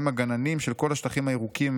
הם הגננים של כל השטחים הירוקים,